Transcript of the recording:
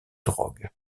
drogues